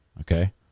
Okay